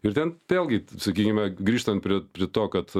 ir ten vėlgi sakykime grįžtant prie to kad